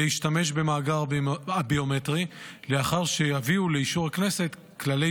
להשתמש במאגר הביומטרי לאחר שיביאו לאישור הכנסת כללי